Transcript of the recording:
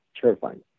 terrifying